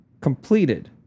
Completed